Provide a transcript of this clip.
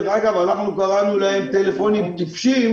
דרך אגב אנחנו קראנו להם "טלפונים טיפשים".